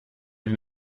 den